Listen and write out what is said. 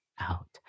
out